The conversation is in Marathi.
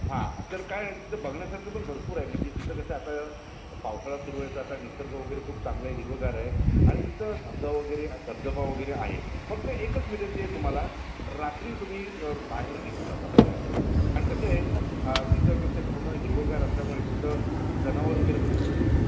हां तर काय आहे तिथं बघण्यासारखं पण भरपूर आहे म्हणजे तिथं कसं आता पावसाळा सुरू आहे तर आता निसर्ग वगैरे खूप चांगलं हिरवंगार आहे आणि तिथं धबधबा वगैरे धबधबा वगैरे आहे फक्त एकच विनंती आहे तुम्हाला रात्री तुम्ही बाहेर निघू नका फिरायला कारण कसं आहे तिथं कसं आहे पूर्ण हिरवंगार असल्यामुळे तिथं जनावर वगैरे खूप असतात